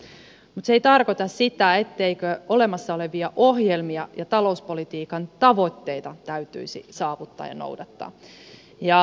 mutta se ei tarkoita sitä etteikö olemassa olevia ohjelmia ja talouspolitiikan tavoitteita täytyisi saavuttaa ja noudattaa